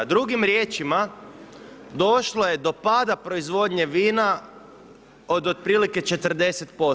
Drugim riječima došlo je do pada proizvodnje vina od otprilike 40%